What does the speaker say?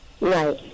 right